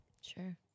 Sure